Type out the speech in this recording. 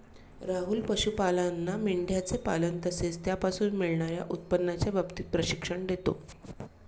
राहुल पशुपालांना मेंढयांचे पालन तसेच त्यापासून मिळणार्या उत्पन्नाच्या बाबतीत प्रशिक्षण देतो